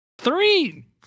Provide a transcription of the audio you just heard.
Three